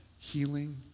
healing